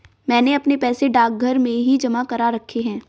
मैंने अपने पैसे डाकघर में ही जमा करा रखे हैं